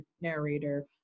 narrator